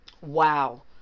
Wow